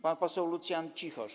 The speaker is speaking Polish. Pan poseł Lucjan Cichosz.